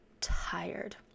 tired